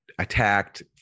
attacked